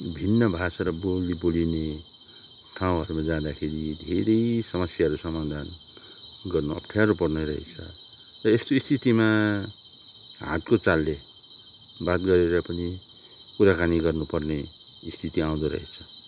भिन्न भाषा र बोली बोलिने ठाउँहरूमा जाँदाखेरि धेरै समस्याहरू समाधान गर्नु अफ्ठ्यारो पर्ने रहेछ र यस्तो स्थितिमा हातको चालले बात गरेर पनि कुराकानी गर्नुपर्ने स्थिति आउँदो रहेछ